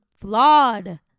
flawed